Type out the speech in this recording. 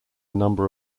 number